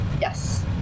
Yes